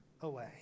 away